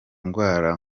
indwara